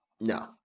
No